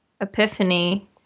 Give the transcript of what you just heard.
epiphany